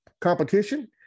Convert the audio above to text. competition